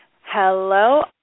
Hello